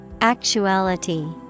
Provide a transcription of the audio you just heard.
Actuality